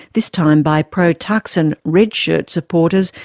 this time by pro-thaksin red-shirt supporters,